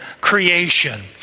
creation